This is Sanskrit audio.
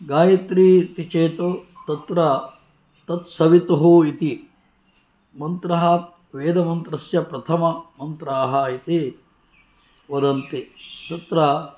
गायत्री इति चेत् तत्र तत्सवितुः इति मन्त्रः वेदमन्त्रस्य प्रथममन्त्रः इति वदन्ति तत्र